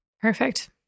Perfect